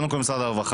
הרווחה,